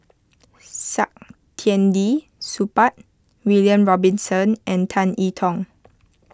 Saktiandi Supaat William Robinson and Tan I Tong